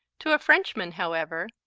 to a frenchman, however,